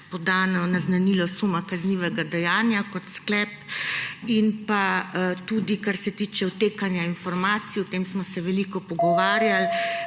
podano naznanilo suma kaznivega dejanja kot sklep. Kar se tiče odtekanja informacij, o tem smo se veliko pogovarjali,